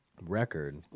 record